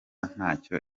ntacyo